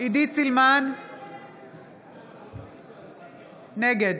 נגד